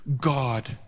God